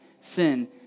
sin